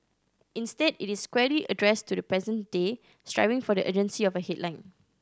instead it is squarely addressed to the present day striving for the urgency of a headline